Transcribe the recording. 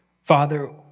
Father